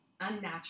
unnatural